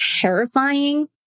terrifying